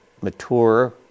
mature